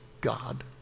God